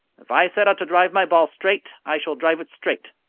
if i set out to drive my ball straight, i shall drive it straight.